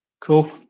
Cool